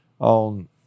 on